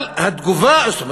אבל התגובה הזאת,